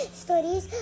stories